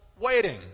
waiting